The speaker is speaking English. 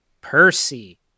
percy